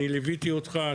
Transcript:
ליוויתי אותך,